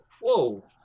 Whoa